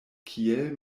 kiel